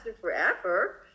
forever